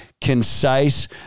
concise